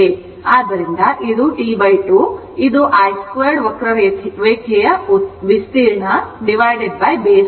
ಆದ್ದರಿಂದ ಇದು T 2 ಇದು I 2 ವಕ್ರರೇಖೆಯ ವಿಸ್ತೀರ್ಣ ಬೇಸ್ ನ ಉದ್ದ